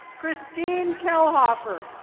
christine kelhoffer.